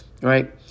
right